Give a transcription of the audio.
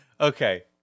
Okay